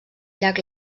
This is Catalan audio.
llac